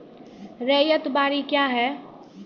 रैयत बाड़ी क्या हैं?